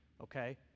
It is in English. Okay